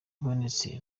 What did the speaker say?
ibonetse